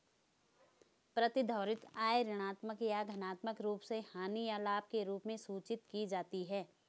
प्रतिधारित आय ऋणात्मक या धनात्मक रूप से हानि या लाभ के रूप में सूचित की जाती है